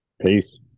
Peace